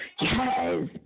Yes